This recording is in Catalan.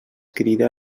crida